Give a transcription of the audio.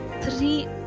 three